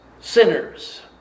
sinners